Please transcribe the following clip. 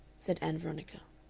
said ann veronica.